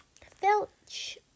Filch